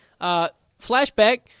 Flashback